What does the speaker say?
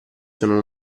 sono